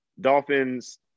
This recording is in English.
Dolphins